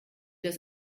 das